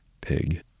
Pig